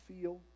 feel